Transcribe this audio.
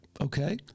okay